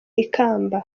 ikamba